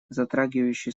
затрагивающие